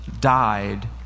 died